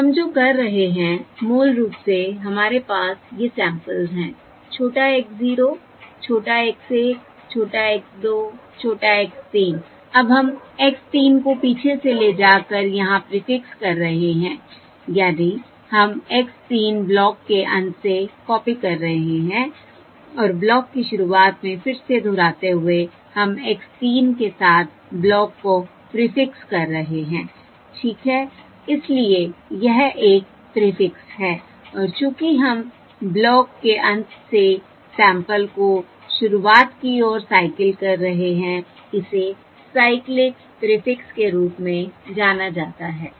तो हम जो कर रहे हैं मूल रूप से हमारे पास ये सैंपल्स हैं छोटा x 0 छोटा x 1 छोटा x 2 छोटा x 3 अब हम x 3 को पीछे से ले जाकर यहाँ प्रीफिक्स कर रहे हैं यानी हम x 3 ब्लॉक के अंत से कॉपी कर रहे हैं और ब्लॉक की शुरुआत में फिर से दोहराते हुए हम x 3 के साथ ब्लॉक को प्रीफिक्स कर रहे हैं ठीक है इसलिए यह एक प्रीफिक्स है और चूंकि हम ब्लॉक के अंत से सैंपल को शुरुआत की ओर साइकल कर रहे हैं इसे साइक्लिक प्रीफिक्स के रूप में जाना जाता है